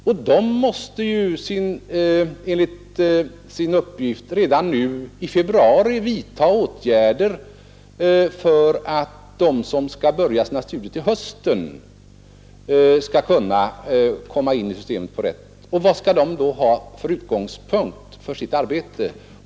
Och den måste i enlighet med sin uppgift redan i februari vidtaga åtgärder för att de studerande som skall börja sina studier till hösten skall kunna komma in i systemet. Vad skall den ha för utgångspunkt för detta arbete?